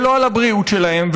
ולא על הבריאות שלהם,